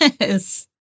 Yes